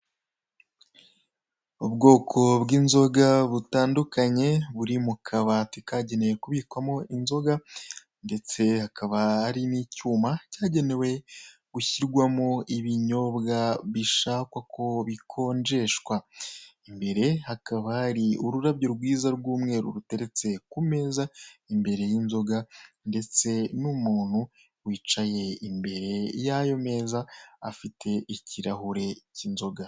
Ubwoko bw'inzoga butandukanye buri mukabati kagenewe kubikwamo inzoga ndetse hakaba hari n'icyuma cyagenewe gushyirwamo ibinyobwa bishakwa ko bikonjeshwa, imbere hakaba hari ururabyo rwiza rw'umweru ruteretse kumeza imbere y'inzoga ndetse n'umuntu wicaye imbere yayo meza afite ikirahure cy'inzoga.